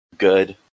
Good